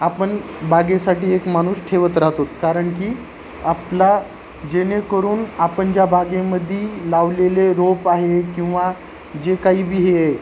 आपण बागेसाठी एक माणूस ठेवत राहतो कारण की आपला जेणेकरून आपण ज्या बागेमध्ये लावलेले रोप आहे किंवा जे काहीबी हे आहे